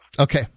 Okay